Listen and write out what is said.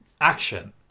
action